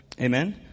Amen